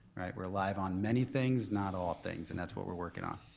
we're live on many things not all things and that's what we're working on.